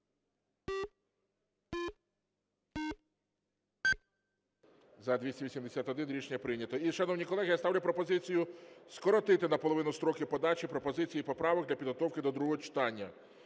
За-281 Рішення прийнято. І, шановні колеги, я ставлю пропозицію, скоротити наполовину строки подачі пропозицій і поправок для підготовки до другого читання